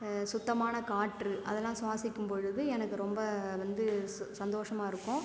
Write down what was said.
சுத்தமான காற்று அதெலாம் சுவாசிக்கும்பொழுது எனக்கு ரொம்ப வந்து சு சந்தோஷமாக இருக்கும்